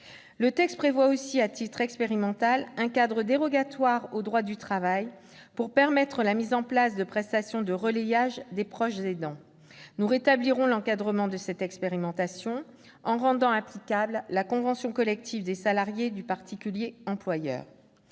de loi prévoit aussi, à titre expérimental, un cadre dérogatoire au droit du travail pour permettre la mise en place de prestations de relayage des proches aidants. Nous rétablirons l'encadrement de cette expérimentation, en rendant applicable la convention collective des salariés du particulier employeur.